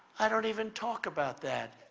i don't even talk about that.